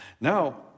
Now